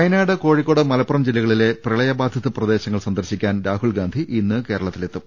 വയനാട് കോഴിക്കോട് മലപ്പുറം ജില്ലകളിലെ പ്രളയ ബാധിത പ്രദേശങ്ങൾ സന്ദർശിക്കാൻ രാഹുൽ ഗാന്ധി ഇന്ന് കേരളത്തിലെത്തും